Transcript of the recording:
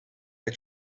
for